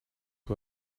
who